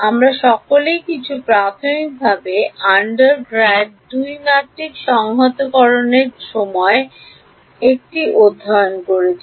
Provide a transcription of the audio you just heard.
আমরা সকলেই কিছুটা প্রাথমিকভাবে আন্ডারগ্রাড 2 মাত্রিক সংহতকরণের সময় এটি অধ্যয়ন করেছি